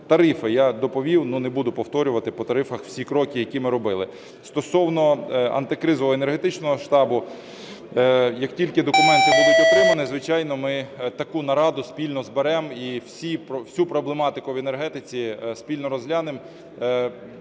Тарифи я доповів, не буду повторювати по тарифах всі кроки, які ми робили. Стосовно антикризового енергетичного штабу. Як тільки документи будуть отримані, звичайно, ми таку нараду спільно зберемо і всю проблематику в енергетиці спільно розглянемо.